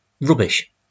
rubbish